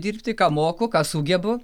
dirbti ką moku ką sugebu